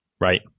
Right